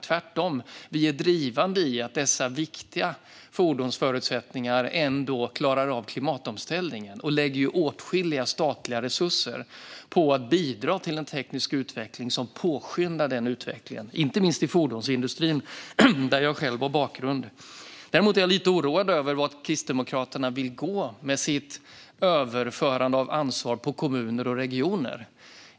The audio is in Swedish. Tvärtom är vi drivande i att förutsättningar ska skapas så att dessa viktiga fordon klarar av klimatomställningen. Vi lägger åtskilliga statliga resurser på att bidra till en teknisk utveckling som påskyndar den utvecklingen, inte minst i fordonsindustrin där jag själv har bakgrund. Däremot är jag lite oroad över vart Kristdemokraterna vill gå med sitt överförande av ansvar på kommuner och regioner.